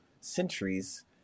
centuries